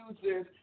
uses